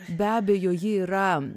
be abejo ji yra